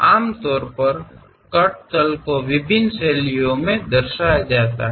आमतौर पर कट तल को विभिन्न शैलियों में दर्शाया जाता है